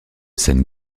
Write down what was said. san